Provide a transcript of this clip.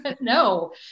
No